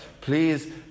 Please